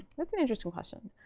that's an interesting question.